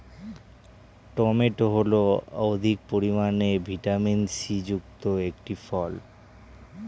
tomato হল অধিক পরিমাণে ভিটামিন সি যুক্ত একটি ফল